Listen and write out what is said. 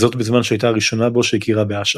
וזאת בזמן שהייתה הראשונה בו שהכירה באש"ף.